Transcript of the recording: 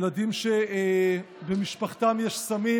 ילדים שבמשפחתם יש סמים